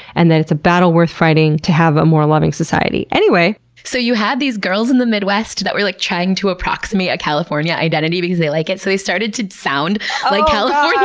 and that it's a battle worth fighting to have a more loving society. anyway so, you had these girls in the midwest that we're like trying to approximate a california identity because they like it. so, they started to sound like californians